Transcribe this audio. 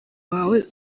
wawe